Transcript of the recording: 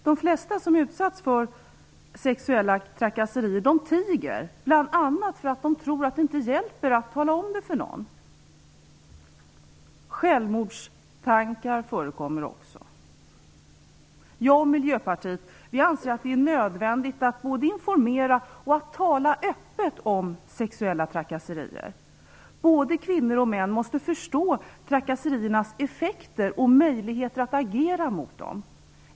De flesta som utsatts för sexuella trakasserier tiger, bl.a. för att de tror att det inte hjälper att tala om detta för någon. Självmordstankar förekommer också. Jag och Miljöpartiet anser att det är nödvändigt både att informera och att tala öppet om sexuella trakasserier. Både kvinnor och män måste förstå trakasseriernas effekter och möjligheter att agera mot dem.